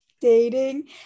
dating